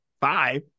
five